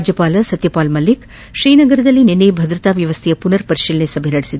ರಾಜ್ಯಪಾಲ ಸತ್ಯಪಾಲ್ ಮಲಿಕ್ ಶ್ರೀನಗರದಲ್ಲಿ ನಿನ್ನೆ ಭದ್ರತಾ ವ್ಯವಸ್ಥೆಯ ಪುನರ್ ಪರಿಶೀಲನಾ ಸಭೆ ನಡೆಸಿದರು